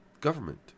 government